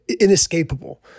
inescapable